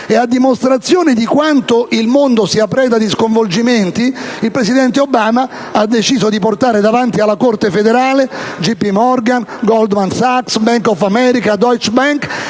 e, a dimostrazione di quanto il mondo sia preda di sconvolgimenti, il presidente Obama ha deciso di portare davanti alla Corte federale J. P. Morgan, Goldman Sachs, Bank of America, Deutsche Bank